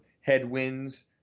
headwinds